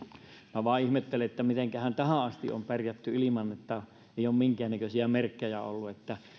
vain ihmettelen että mitenkähän tähän asti on pärjätty ilman että ei ole minkäännäköisiä merkkejä ollut